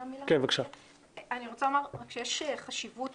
יש חשיבות